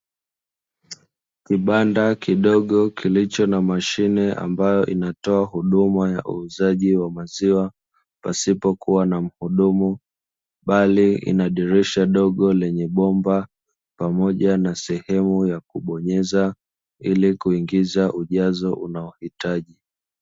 kibanda kidogo kilicho na mashine, ambayo kinatoa huduma ya uuzaji wa maziwa pasipokua na muhudumu bali ina dirisha dogo lenye bomba pamoja na sehemu ya kubonyeza, ili kuingiza ujazo unaoitaji.